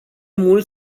mult